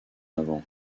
avant